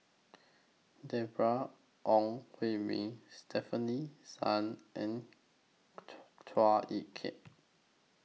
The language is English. Deborah Ong Hui Min Stefanie Sun and Chua Ek Kay